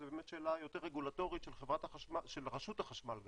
זו באמת שאלה יותר רגולטורית של חברת החשמל ורשות החשמל גם.